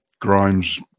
Grimes